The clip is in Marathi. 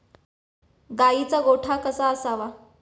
गाईचा गोठा कसा असावा?